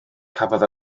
cafodd